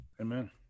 Amen